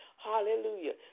Hallelujah